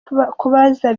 kubaza